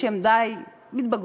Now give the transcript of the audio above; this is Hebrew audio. שהן מתבגרות,